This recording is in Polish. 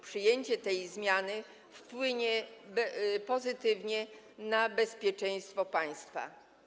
Przyjęcie tej zmiany wpłynie pozytywnie na bezpieczeństwo państwa.